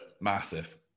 massive